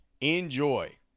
Enjoy